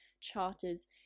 charters